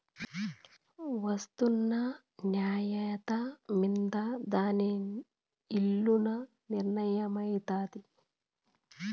ఒస్తున్న నాన్యత మింద దాని ఇలున నిర్మయమైతాది